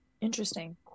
Interesting